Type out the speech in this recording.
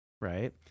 right